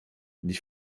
die